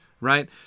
right